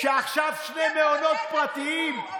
כי עכשיו שני מעונות פרטיים?